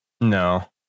No